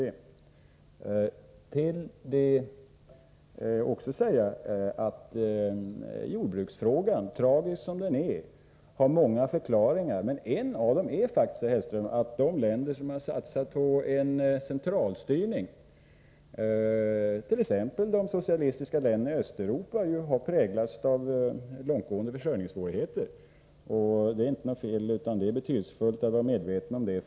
Svårigheterna med livsmedelsförsörjning, tragiska som de är, har många förklaringar. En av dem är faktiskt, herr Hellström, att de länder som har satsat på centralstyrning, däribland de socialistiska länderna i Östeuropa, har präglats av långtgående försörjningssvårigheter. Det är betydelsefullt att vara medveten om detta.